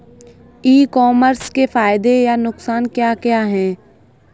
ई commerce के फायदे या नुकसान क्या क्या हैं?